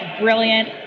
brilliant